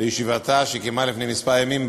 בישיבתה לפני כמה ימים,